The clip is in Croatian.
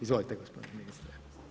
Izvolite, gospodine ministre.